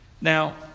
Now